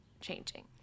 changing